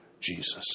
Jesus